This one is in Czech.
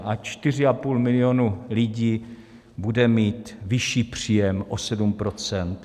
A čtyři a půl milionu lidí bude mít vyšší příjem o 7 %.